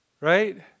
Right